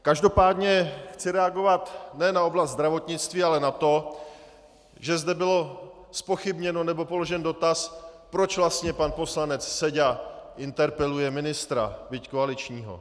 Každopádně chci reagovat ne na oblast zdravotnictví, ale na to, že zde bylo zpochybněno, nebo položen dotaz, proč vlastně pan poslanec Seďa interpeluje ministra, byť koaličního.